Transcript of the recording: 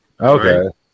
Okay